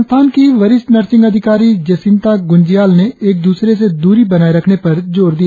संस्थान की ही वरिष्ठ नर्सिंग अधिकारी जेसिंता ग्ंजियाल ने एक द्सरे से द्री बनाये रखने पर जोर दिया